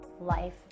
life